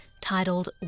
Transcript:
titled